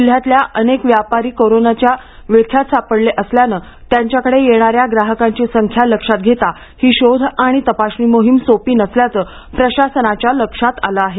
जिल्ह्यातील अनेक व्यापारी कोरोनाच्या विळख्यात सापडले असल्यानं त्यांच्याकडे येणाऱ्या ग्राहकांची संख्या लक्षात घेता ही शोध आणि तपासणी मोहीम सोपी नसल्याचं प्रशासनाच्या लक्षात आलं आहे